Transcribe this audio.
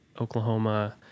Oklahoma